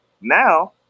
Now